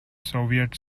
soviet